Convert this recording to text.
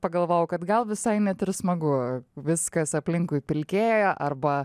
pagalvojau kad gal visai net ir smagu viskas aplinkui pilkėja arba